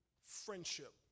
friendship